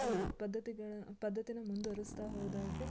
ಅದು ಪದ್ದತಿಗಳ ಪದ್ದತಿನ ಮುಂದುವರಿಸ್ತಾ ಹೋದಾಗೆ